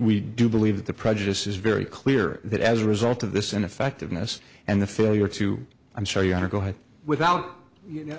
we do believe the prejudice is very clear that as a result of this ineffectiveness and the failure to i'm sorry under go ahead without you know